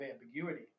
ambiguity